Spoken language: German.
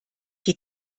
die